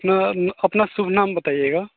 अपना अपना शुभ नाम बताइएगा